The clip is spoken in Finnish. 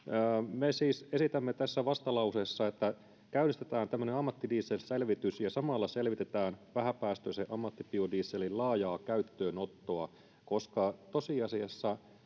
me siis esitämme tässä vastalauseessa että käynnistetään tämmöinen ammattidieselselvitys ja samalla selvitetään vähäpäästöisen ammattibiodieselin laajaa käyttöönottoa koska tosiasiassa